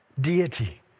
deity